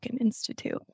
Institute